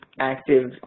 active